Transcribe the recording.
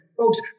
folks